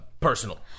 Personal